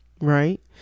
Right